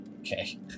Okay